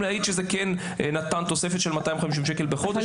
להעיד שזה כן נתן תוספת של 250 שקל בחודש.